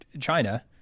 China